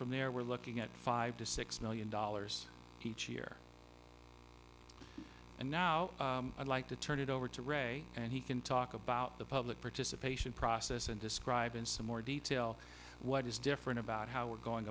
from there we're looking at five to six million dollars each year and now i'd like to turn it over to read and he can talk about the public participation process and describe in some more detail what is different about how we're going